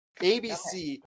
ABC